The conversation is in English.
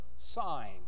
sign